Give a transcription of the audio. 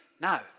Now